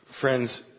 Friends